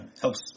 Helps